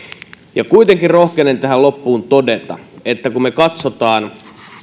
ja kuitenkin rohkenen tähän loppuun todeta että kun katsotaan